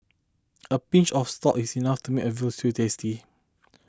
a pinch of salt is enough to make a Veal Stew tasty